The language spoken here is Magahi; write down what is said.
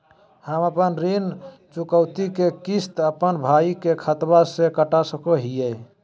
हम अपन ऋण चुकौती के किस्त, अपन भाई के खाता से कटा सकई हियई?